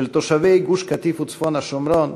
של תושבי גוש-קטיף וצפון השומרון,